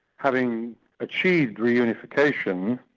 having achieved reunification,